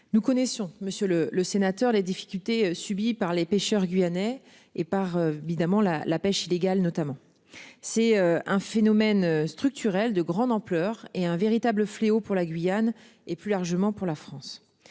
Nous connaissions monsieur le le sénateur les difficultés subies par les pêcheurs guyanais et par évidemment la la pêche illégale, notamment. C'est un phénomène structurel de grande ampleur est un véritable fléau pour la Guyane et plus largement pour la France